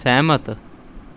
ਸਹਿਮਤ